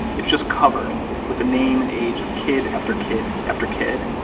it's just covered with the name and age of kid after kid after kid,